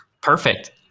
perfect